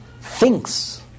thinks